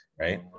Right